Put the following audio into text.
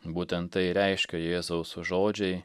būtent tai reiškia jėzaus žodžiai